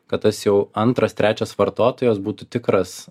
kad tas jau antras trečias vartotojas būtų tikras